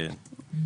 כן.